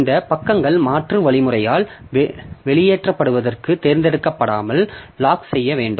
இந்த பக்கங்கள் மாற்று வழிமுறையால் வெளியேற்றப்படுவதற்குத் தேர்ந்தெடுக்கப்படாமல் பூட்டப்பட வேண்டும்